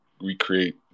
recreate